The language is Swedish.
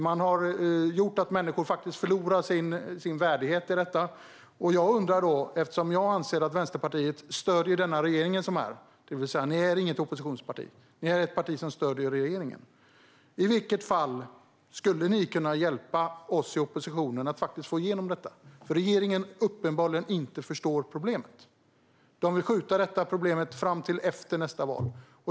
Man har gjort så att människor faktiskt förlorar sin värdighet. Eftersom jag anser att Vänsterpartiet stöder denna regering, det vill säga att ni inte är något oppositionsparti utan ett parti som stöder regeringen, undrar jag: Skulle ni kunna hjälpa oss i oppositionen att faktiskt få igenom detta? Regeringen förstår uppenbarligen inte problemet. Regeringen vill skjuta fram problemet till efter nästa val.